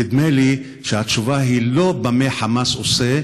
נדמה לי שהתשובה היא לא במה "חמאס" עושה,